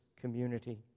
community